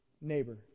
neighbor